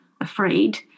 afraid